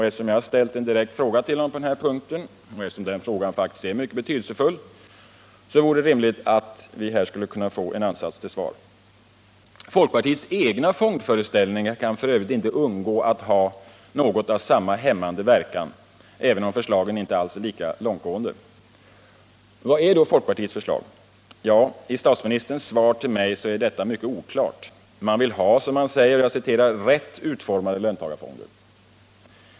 Eftersom jag ställt en direkt fråga till honom på denna punkt och eftersom den frågan faktiskt är mycket betydelsefull, vore det rimligt att vi här skulle kunna få en ansats till svar. Folkpartiets egna fondföreställningar kan f. ö. inte undgå att ha något av samma hämmande verkan även om förslagen inte alls är lika långtgående. Vad är då folkpartiets förslag? Ja, i statsministerns svar till mig är detta mycket oklart. Man vill ha, som man säger, ”rätt utformade löntagarfonder”.